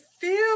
feel